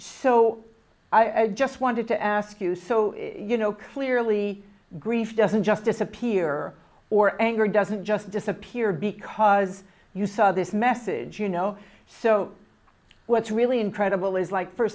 so i just wanted to ask you so you know clearly grief doesn't just disappear or anger doesn't just disappear because you saw this message you know so what's really incredible is like f